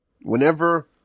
Whenever